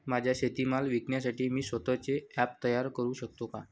माझा शेतीमाल विकण्यासाठी मी स्वत:चे ॲप तयार करु शकतो का?